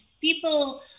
people